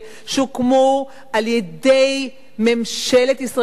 שהוקמו על-ידי ממשלת ישראל,